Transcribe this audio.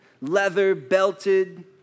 leather-belted